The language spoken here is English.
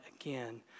again